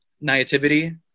naivety